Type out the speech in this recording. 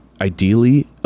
ideally